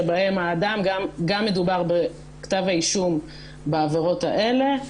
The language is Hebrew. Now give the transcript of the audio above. שבהם גם מדובר בכתב האישום בעבירות האלה,